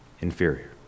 inferior